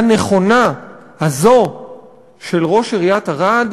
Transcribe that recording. הנכונה הזאת של ראש עיריית ערד